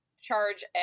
charge